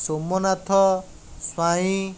Somnath Swain